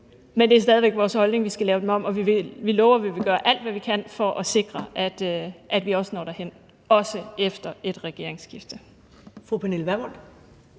Men det er stadig væk vores holdning, at vi skal lave den om, og vi lover, at vi vil gøre alt, hvad vi kan, for at sikre, at vi også når derhen, også efter et regeringsskifte. Kl. 17:16 Første